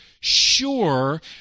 sure